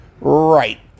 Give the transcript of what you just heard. Right